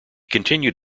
continued